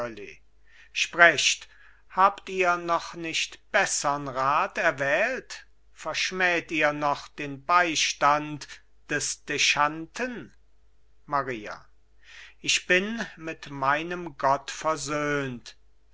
sprecht habt ihr noch nicht bessern rat erwählt verschmäht ihr noch den beistand des dechanten maria ich bin mit meinem gott versöhnt